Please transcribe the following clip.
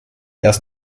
erst